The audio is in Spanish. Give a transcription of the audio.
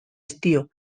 estío